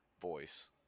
voice